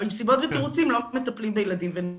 אבל עם סיבות ותירוצים לא מטפלים בילדים ובבני נוער.